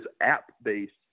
app-based